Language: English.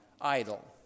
idle